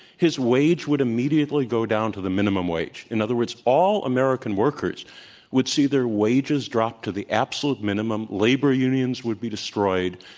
his wage would immediately go down to the minimum wage. in other words, all american workers would see their wages drop to the absolute minimum. labor unions would be destroyed.